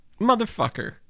motherfucker